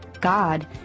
God